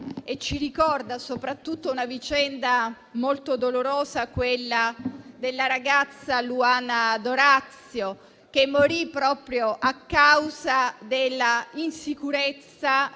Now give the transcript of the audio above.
e ci ricorda soprattutto, una vicenda molto dolorosa, quella di Luana D'Orazio, che morì proprio a causa della insicurezza